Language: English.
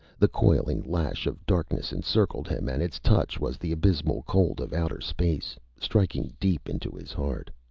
the coiling lash of darkness encircled him, and its touch was the abysmal cold of outer space, striking deep into his heart.